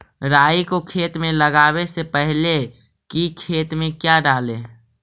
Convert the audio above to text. राई को खेत मे लगाबे से पहले कि खेत मे क्या डाले?